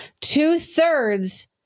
Two-thirds